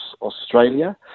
Australia